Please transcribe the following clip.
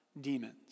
demons